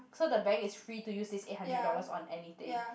so the bank is free to use this eight hundred dollars on anything